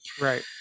Right